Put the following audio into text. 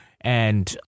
and-